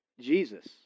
Jesus